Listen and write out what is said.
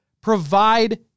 Provide